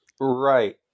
Right